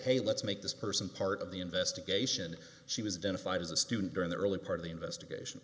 hey let's make this person part of the investigation she was done if i was a student during the early part of the investigation